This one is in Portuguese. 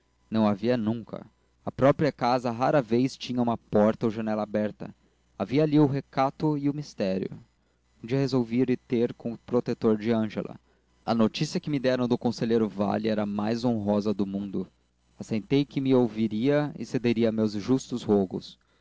não a via nunca a própria casa rara vez tinha uma porta ou janela aberta havia ali o recato e o mistério um dia resolvi ir ter com o protetor de ângela a notícia que me deram do conselheiro vale era a mais honrosa do mundo assentei que me ouviria e cederia a meus justos rogos